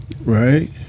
right